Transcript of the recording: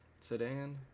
Sedan